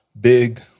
big